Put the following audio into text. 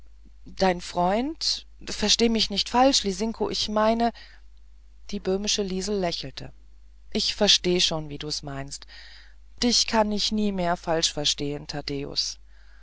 dein freund versteh mich nicht falsch lisinko ich meine die böhmische liesel lächelte ich versteh schon wie du's meinst dich kann ich nie mehr falsch verstehen